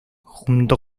junto